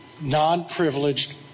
non-privileged